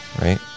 right